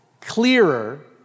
clearer